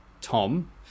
Tom